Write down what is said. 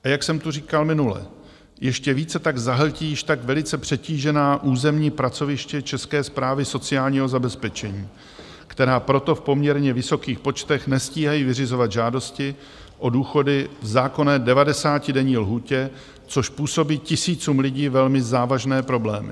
A jak jsem tu říkal minule, ještě více tak zahltí již tak velice přetížená územní pracoviště České správy sociálního zabezpečení, která proto v poměrně vysokých počtech nestíhají vyřizovat žádosti o důchody v zákonné devadesátidenní lhůtě, což působí tisícům lidí velmi závažné problémy.